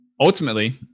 Ultimately